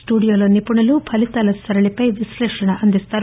స్టూడియోలో నిపుణులు ఫలితాల సరళిపై విశ్లేషణ అందిస్తారు